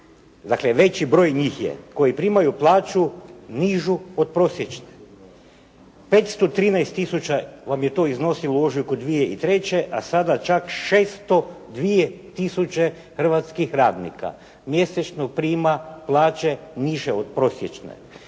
dakle veći broj njih je koji primaju plaću nižu od prosječne. 513 tisuća vam je to iznosilo u ožujku 2003., a sada čak 602 tisuće hrvatskih radnika mjesečno prima plaće niže od prosječne.